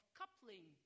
coupling